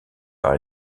par